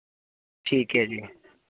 ਠੀਕ ਹੈ ਜੀ